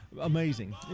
Amazing